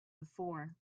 before